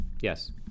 Yes